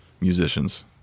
musicians